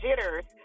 jitters